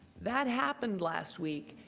that happened last week.